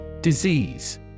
Disease